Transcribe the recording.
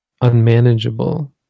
unmanageable